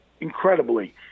incredibly